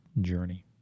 journey